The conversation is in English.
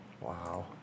Wow